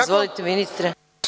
Izvolite, ministre.